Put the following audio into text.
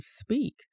speak